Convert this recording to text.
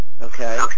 okay